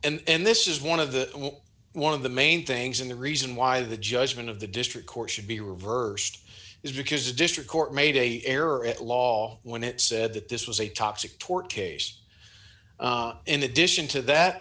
agreement and this is one of the one of the main things in the reason why the judgment of the district court should be reversed is because a district court made a error at law when it said that this was a toxic tort case in addition to that